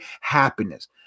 happiness